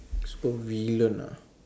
supervillain ah